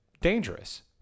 dangerous